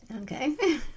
Okay